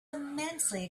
immensely